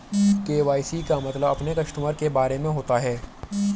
KYC का मतलब अपने कस्टमर के बारे में होता है